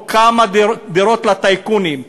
או כמה דירות לטייקונים.